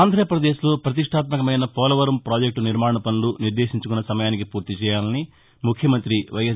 ఆంధ్రప్రదేశ్లో ప్రతిష్టాత్మకమైన పోలవరం ప్రాజెక్టు నిర్మాణ పనులు నిర్దేశించుకున్న సమయానికి పూర్తిచేయాలని ముఖ్యమంత్రి వైఎస్